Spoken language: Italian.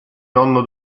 nonno